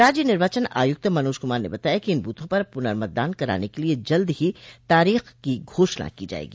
राज्य निर्वाचन आयुक्त मनोज कुमारने बताया कि इन बूथों पर पुनर्मतदान कराने के लिये जल्द ही तारीख की घोषणा की जायेगी